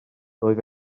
roedd